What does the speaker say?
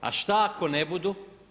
A šta ako ne budu?